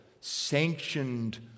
sanctioned